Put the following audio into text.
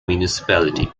municipality